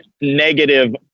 Negative